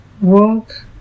work